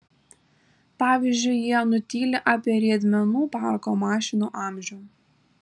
pavyzdžiui jie nutyli apie riedmenų parko mašinų amžių